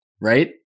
right